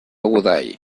godall